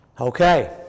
Okay